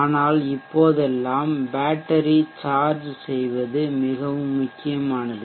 ஆனால் இப்போதெல்லாம் battery charge செய்வதும் மிக முக்கியமானது